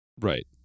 Right